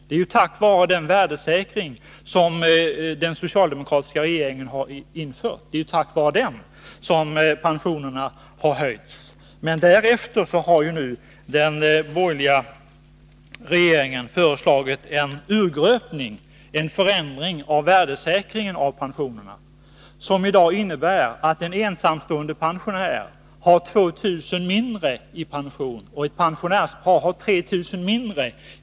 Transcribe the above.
Det är ju tack vare den värdesäkring som den socialdemokratiska regeringen införde som pensionerna har höjts. Men därefter har den borgerliga regeringen föreslagit en urgröpning, en förändring av värdesäkringen av pensionerna som innebär att en ensamstående pensionär i dag har 2 000 kr. mindre i pension och ett pensionärspar 3 000 kr.